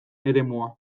eremua